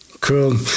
cool